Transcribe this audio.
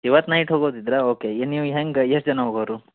ಇವತ್ತು ನೈಟ್ ಹೋಗೋದಿದ್ರೆ ಓಕೆ ನೀವು ಹೆಂಗೆ ಎಷ್ಟು ಜನ ಹೋಗೋವ್ರು